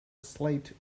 slate